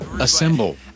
assemble